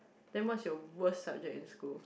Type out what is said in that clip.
then what's your worst subject in school